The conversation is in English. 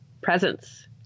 presence